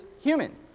human